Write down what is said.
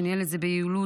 שניהל את זה ביעילות.